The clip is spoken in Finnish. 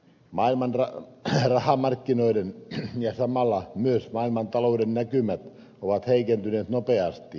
maailman rahamarkkinoiden ja samalla myös maailmantalouden näkymät ovat heikentyneet nopeasti